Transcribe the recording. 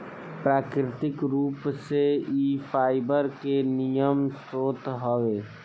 प्राकृतिक रूप से इ फाइबर के निमन स्रोत हवे